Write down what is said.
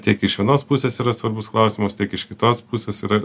tiek iš vienos pusės yra svarbus klausimas tiek iš kitos pusės yra